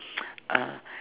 uh